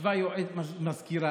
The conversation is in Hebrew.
ישבה מזכירה,